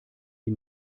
die